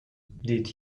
did